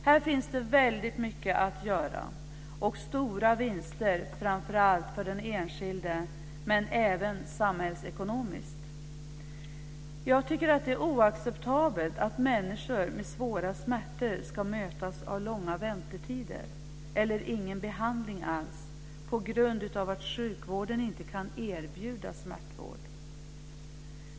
Här finns mycket att göra och stora vinster att få framför allt för den enskilde men även samhällsekonomiskt. Det är oacceptabelt att människor med svåra smärtor ska mötas av långa väntetider eller ingen behandling alls på grund av att sjukvården inte kan erbjuda smärtvård.